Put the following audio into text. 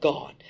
God